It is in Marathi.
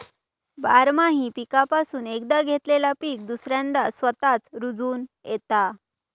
बारमाही पीकापासून एकदा घेतलेला पीक दुसऱ्यांदा स्वतःच रूजोन येता